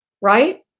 right